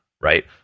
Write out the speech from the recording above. right